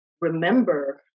remember